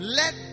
let